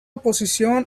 posición